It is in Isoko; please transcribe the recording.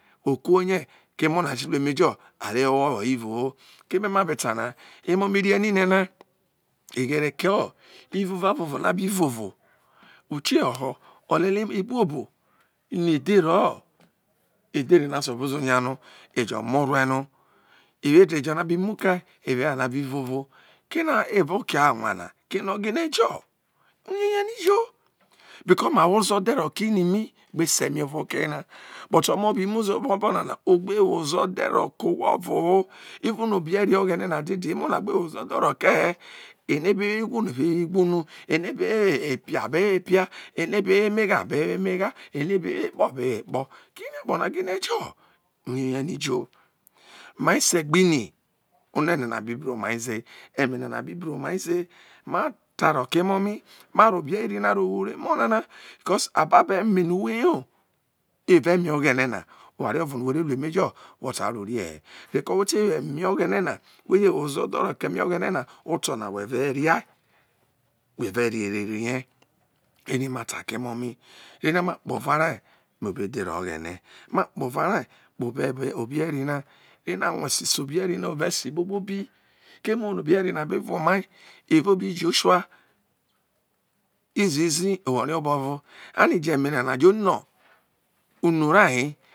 Ukuho̱ rie̱ emo̱ na re wo ro hoo re voho eqhe̱re̱ ku o̱ iroraro no abiroro uke no ho̱ ole lie ibuobu no edhere no a suppose nya no ejo̱ murue no awo ode̱ na abe muke avare no abi vovo kin evoo oke awa no ko ene ogi no jo iyo ni ijo beanee ni wo ozo dhe ro ke ini mi gbe ese̱ mi eme ovo okeye ne but omo bimu ze obomano ogbe wo ozo̱ dhe̱ roko̱ owho o̱vo ho even e obe eri oghene emona gbe wo ozo dhe roke he eno̱ ibi wo iwun abe wo̱ iwu nu ene be wo̱ epio abe wo epia eno ebe wo emegha abe wo ine gha ozodhe ro ke emu oghene na oto̱ na we ve ria were ria we re ria eri ma ta ke, emo mi kpoova rai kpo obo edhera ogherie ma kpo ovaria kpo o̱bo̱ ebe eri na re aruese se obe eri na keme obe eri na be vao omai erau obe i joshu enijo̱ eme nana jo no unu rai hi